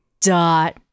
Dot